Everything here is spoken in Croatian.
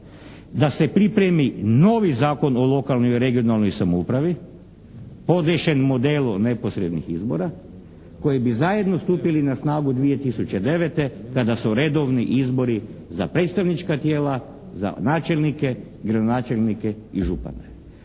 da se pripremi novi Zakon o lokalnoj i regionalnoj samoupravi podešen modelu neposrednih izbora koji bi zajedno stupili na snagu 2009. kada su redovni izbori za predstavnička tijela, za načelnike, gradonačelnike i župane.